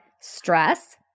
stress